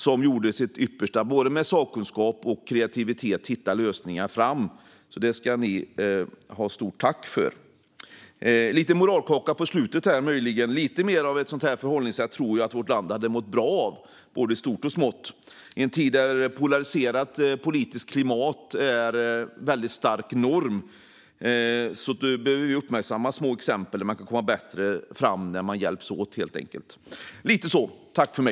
De gjorde sitt yppersta för att med både sakkunskap och kreativitet hitta lösningar. Det ska de ha stort tack för. Jag kommer möjligen med en liten moralkaka här på slutet. Litet mer av ett sådant förhållningssätt tror jag att vårt land hade mått bra av i både stort och smått. Det är en tid där ett polariserat politiskt klimat är en väldigt stark norm. Vi behöver uppmärksamma små exempel där man kan komma bättre fram när man helt enkelt hjälps åt.